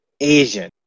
Asian